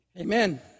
Amen